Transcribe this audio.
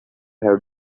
have